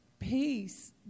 Peace